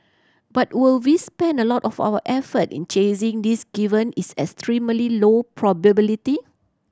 but will we spend a lot of our effort in chasing this given its extremely low probability